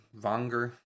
Vanger